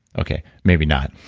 okay. maybe not,